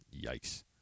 yikes